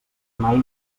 mai